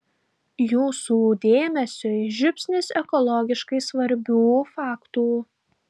jūsų dėmesiui žiupsnis ekologiškai svarbių faktų